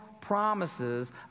promises